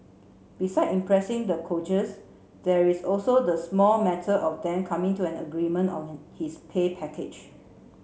besides impressing the coaches there is also the small matter of them coming to an agreement on his pay package